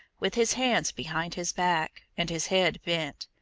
with his hands behind his back, and his head bent,